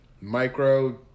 micro